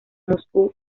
moscú